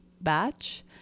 batch